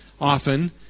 often